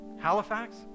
Halifax